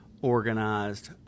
organized